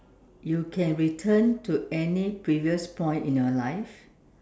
you can return to any previous point in your life